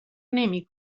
نمی